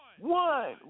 One